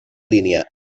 línia